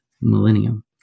millennium